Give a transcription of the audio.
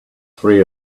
three